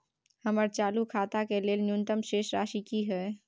हमर चालू खाता के लेल न्यूनतम शेष राशि की हय?